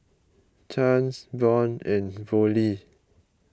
Chance Von and Volney